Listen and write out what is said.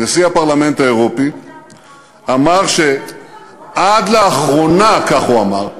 נשיא הפרלמנט האירופי אמר, הייתה התקפה פרועה?